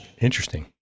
Interesting